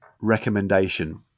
recommendation